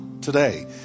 today